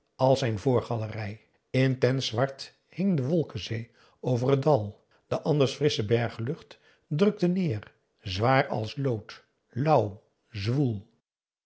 als zijn voorgalerij intens zwart hing de wolkenzee over het dal de anders frissche berglucht drukte neer zwaar als lood lauw zwoel